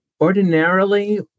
ordinarily